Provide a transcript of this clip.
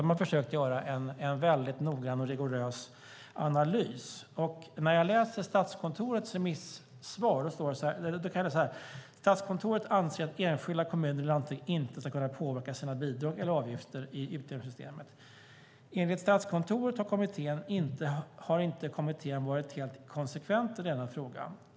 De har försökt att göra en noggrann och rigorös analys. Av Statskontorets remissvar framgår följande. Statskontoret anser att enskilda kommuner och landsting inte ska kunna påverka sina bidrag eller avgifter i utjämningssystemet. Enligt Statskontoret har inte kommittén varit helt konsekvent i denna fråga.